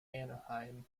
anaheim